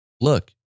look